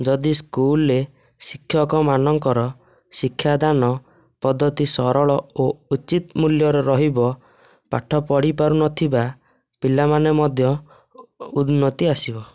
ଯଦି ସ୍କୁଲରେ ଶିକ୍ଷକମାନଙ୍କର ଶିକ୍ଷାଦାନ ପଦ୍ଧତି ସରଳ ଓ ଉଚିତ ମୂଲ୍ୟର ରହିବ ପାଠ ପଢ଼ି ପାରୁନଥିବା ପିଲାମାନେ ମଧ୍ୟ ଉନ୍ନତି ଆସିବ